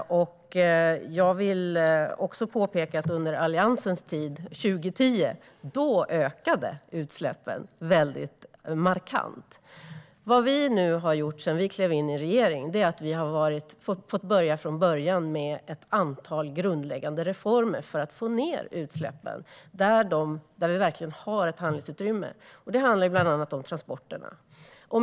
Jag vill också påpeka att under Alliansens tid 2010 ökade utsläppen markant. Vad vi gjorde när vi klev in i regering var att börja från början med ett antal grundläggande reformer för att få ned utsläppen där vi har handlingsutrymme. Det handlar bland annat om transporterna.